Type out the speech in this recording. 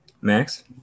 Max